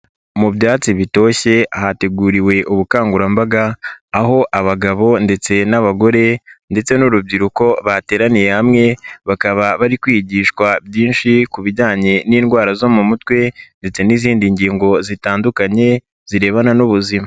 Mu byatsi bitoshye hateguriwe ubukangurambaga, aho abagabo ndetse n'abagore ndetse n'urubyiruko, bateraniye hamwe, bakaba bari kwigishwa byinshi ku bijyanye n'indwara zo mu mutwe ndetse n'izindi ngingo zitandukanye, zirebana n'ubuzima.